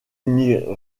n’y